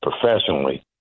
professionally